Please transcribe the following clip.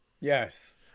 Yes